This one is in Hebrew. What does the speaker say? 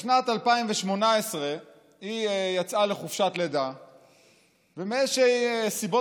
בשנת 2018 היא יצאה לחופשת לידה ומאיזשהן סיבות